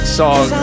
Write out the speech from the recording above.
song